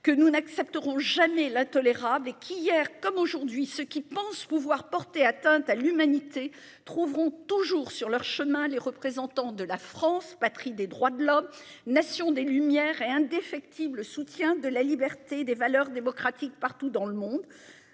Que nous n'accepterons jamais la tolérable et qu'hier comme aujourd'hui, ce qu'pensent pouvoir porter atteinte à l'humanité trouveront toujours sur leur chemin les représentants de la France, patrie des droits de l'homme nation des lumières et indéfectible soutien de la liberté des valeurs démocratiques partout dans le monde.